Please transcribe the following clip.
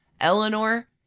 Eleanor